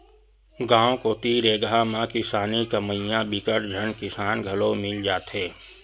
गाँव कोती रेगहा म किसानी कमइया बिकट झन किसान घलो मिल जाथे